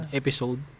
episode